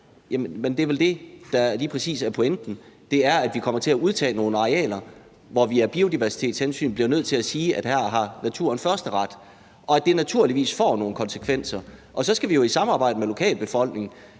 er vel det, der lige præcis er pointen – det er, at vi kommer til at udtage nogle arealer, hvor vi af biodiversitetshensyn bliver nødt til at sige, at her har naturen førsteret, og at det naturligvis får nogle konsekvenser. Og så skal vi jo i samarbejde med lokalbefolkningen